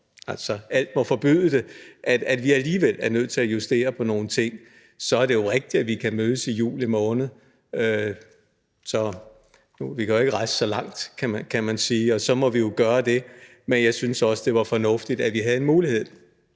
alt må forbyde det, at vi alligevel er nødt til at justere på nogle ting? Så er det rigtigt, at vi kan mødes i juli måned – vi kan jo ikke rejse så langt, kan man sige – og så må vi jo gøre det. Men jeg synes også, det ville være fornuftigt, at vi havde en mulighed